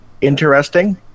interesting